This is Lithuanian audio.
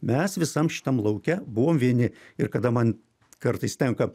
mes visam šitam lauke buvom vieni ir kada man kartais tenka